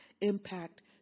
impact